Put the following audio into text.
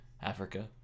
Africa